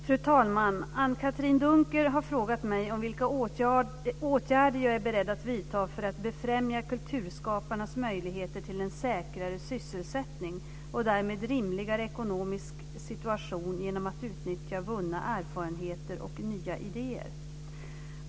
Fru talman! Anne-Katrine Dunker har frågat mig om vilka åtgärder jag är beredd att vidta för att befrämja kulturskaparnas möjligheter till en säkrare sysselsättning och därmed rimligare ekonomisk situation genom att utnyttja vunna erfarenheter och nya idéer.